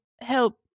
help